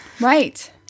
Right